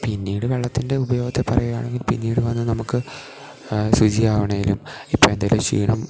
പിന്നീട് വെള്ളത്തിൻ്റെ ഉപയോഗത്തെ പറയുകയാണെങ്കിൽ പിന്നീട് വന്ന് നമുക്ക് ശുചിയാവണമെങ്കിലും ഇപ്പം എന്തെങ്കിലും ഷീണം